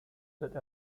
that